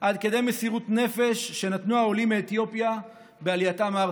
עד כדי מסירות נפש שנתנו העולים מאתיופיה בעלייתם ארצה.